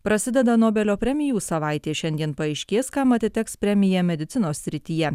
prasideda nobelio premijų savaitė šiandien paaiškės kam atiteks premija medicinos srityje